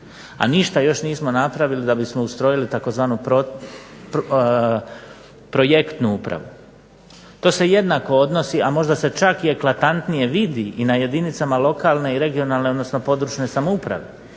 a ništa još nismo napravili da bismo ustrojili tzv. projektnu upravu. To se jednako odnosi, a možda se čak i eklatantnije vidi i na jedinicama lokalne i regionalne odnosno područne samouprave,